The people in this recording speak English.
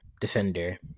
defender